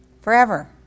forever